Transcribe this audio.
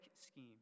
scheme